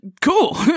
cool